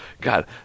God